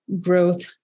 growth